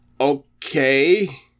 okay